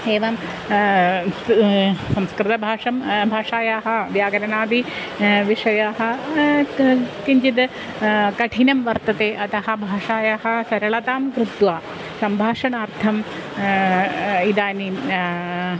एवं संस्कृतभाषा भाषायाः व्याकरणादि विषयाः क् किञ्चित् कठिनं वर्तते अतः भाषायाः सरलतां कृत्वा सम्भाषणार्थं इदानीं